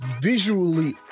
visually